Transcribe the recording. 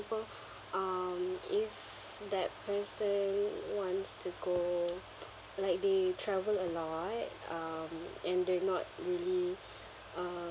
~ple um if that person wants to go like they travel a lot um and they're not really uh